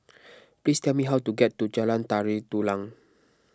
please tell me how to get to Jalan Tari Dulang